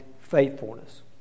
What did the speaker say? faithfulness